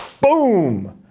Boom